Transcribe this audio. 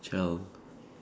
child